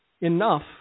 enough